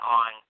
on